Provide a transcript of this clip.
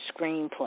screenplay